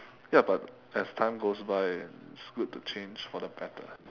ya but as time goes by it's good to change for the better